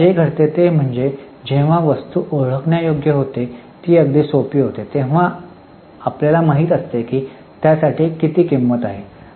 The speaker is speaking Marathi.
आता जे घडते ते म्हणजे जेव्हा वस्तू ओळखण्यायोग्य होते ती अगदी सोपी होते तेव्हा आम्हाला माहित असते की त्यासाठी किती किंमत आहे